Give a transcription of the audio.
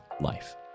life